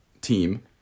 team